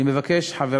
אני לא צריך להרחיב,